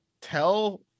tell